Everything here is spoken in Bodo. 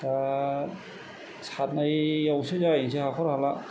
दा सारनायावसो जाहैनोसै हाखर हाला